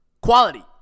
quality